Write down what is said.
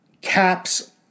caps